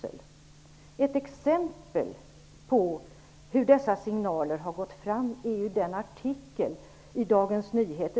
Ett exempel på hur dessa signaler har gått fram är den artikel i Cot.